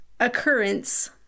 Occurrence